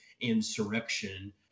insurrection